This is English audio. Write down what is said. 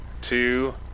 two